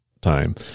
time